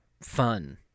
fun